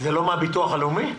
זה לא מהביטוח הלאומי?